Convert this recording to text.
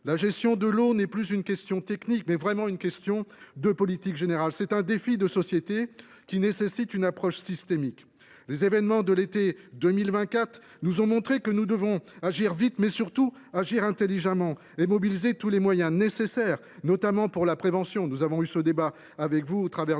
la gestion de l’eau est une question non plus technique, mais politique, au sens général : c’est un défi de société qui nécessite une approche systémique. Les événements de l’été 2024 nous ont montré que nous devions agir vite, mais surtout intelligemment, et mobiliser tous les moyens nécessaires, notamment en matière de prévention.